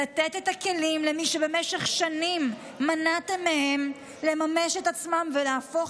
לתת את הכלים למי שבמשך שנים מנעתם מהם לממש את עצמם ולהפוך